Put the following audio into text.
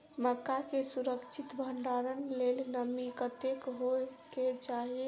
मक्का केँ सुरक्षित भण्डारण लेल नमी कतेक होइ कऽ चाहि?